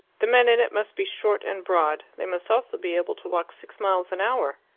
the men in it must be short and broad. they must also be able to walk six miles an hour.